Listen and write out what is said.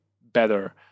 better